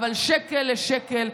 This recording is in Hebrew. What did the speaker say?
אבל שקל לשקל,